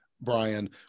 Brian